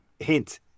Hint